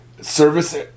service